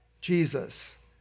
Jesus